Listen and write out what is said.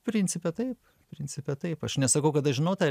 principe taip principe taip aš nesakau kad aš žinau tą